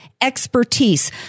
expertise